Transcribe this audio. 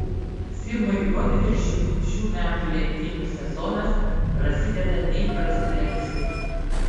simui juodviršiui šių metų lenktynių sezonas prasideda neįprastai anksti